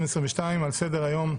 על סדר-היום: